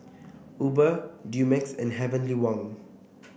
Uber Dumex and Heavenly Wang